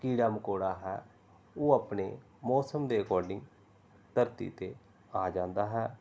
ਕੀੜਾ ਮਕੌੜਾ ਹੈ ਉਹ ਆਪਣੇ ਮੌਸਮ ਦੇ ਅਕੋਰਡਿੰਗ ਧਰਤੀ 'ਤੇ ਆ ਜਾਂਦਾ ਹੈ